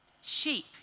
Sheep